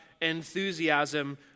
enthusiasm